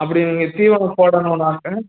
அப்படி நீங்கள் தீவனம் போடணும்னாக்கா